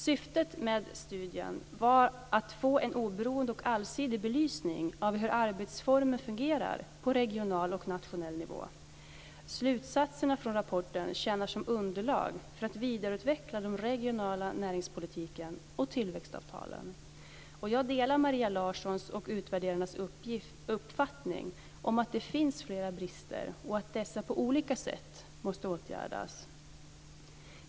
Syftet med studien var att få en oberoende och allsidig belysning av hur arbetsformen fungerar på regional och nationell nivå. Slutsatserna från rapporten tjänar som underlag för att vidareutveckla den regionala näringspolitiken och tillväxtavtalen. Jag delar Maria Larssons och utvärderarnas uppfattning om att det finns flera brister och att dessa på olika sätt måste åtgärdas.